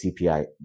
CPI